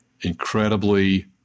incredibly